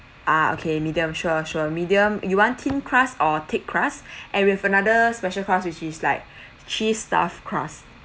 ah okay medium sure sure medium you want thin crust or thick crust and we've another special crust which is like cheese stuffed crust